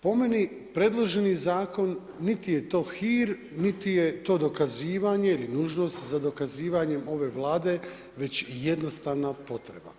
Po meni predloženi zakon niti je to hir niti je to dokazivanje ili nužnost za dokazivanjem ove Vlade već i jednostavna potreba.